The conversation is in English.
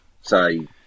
say